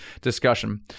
discussion